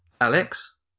alex